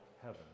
heaven